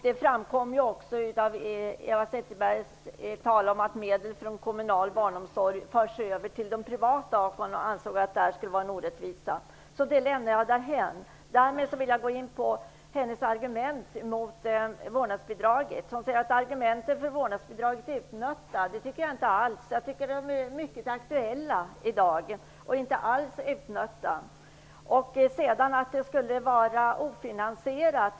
Det framgick också av vad Eva Zetterberg sade om att medel från kommunal barnomsorg förs över till de privata alternativen och att det skulle vara en orättvisa. Detta lämnar jag därför därhän. Därmed vill jag gå in på Eva Zetterbergs argument mot vårdnadsbidraget. Hon säger att argumenten för vårdnadsbidraget är utnötta. Det tycker jag inte alls, jag tycker att argumenten i dag är mycket aktuella och inte alls utnötta. Hon säger också att vårdnadsbidraget skulle vara ofinansierat.